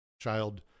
child